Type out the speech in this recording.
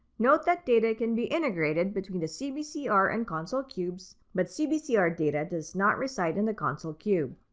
note that data can be integrated between the cbcr and consol cubes, but cbcr data does not reside in the consol cube.